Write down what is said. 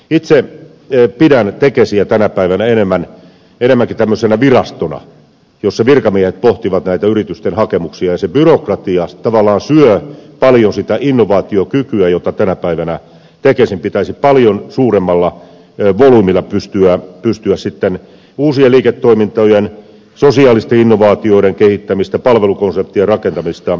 itse pidän tekesiä tänä päivänä enemmänkin virastona jossa virkamiehet pohtivat yritysten hakemuksia ja byrokratia tavallaan syö paljon sitä innovaatiokykyä jota tänä päivänä tekesin pitäisi paljon suuremmalla volyymillä pystyä erityisesti pienten yritysten osalta tarjoamaan uusien liiketoimintojen sosiaalisten innovaatioiden kehittämistä palvelukonseptien rakentamista